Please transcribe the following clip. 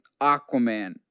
Aquaman